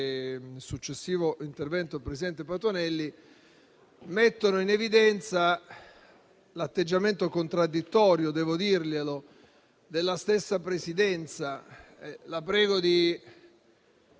successivo intervento del presidente Patuanelli mettono in evidenza l'atteggiamento contraddittorio della stessa Presidenza. La prego di